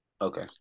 Okay